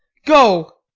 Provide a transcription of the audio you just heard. go,